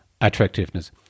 attractiveness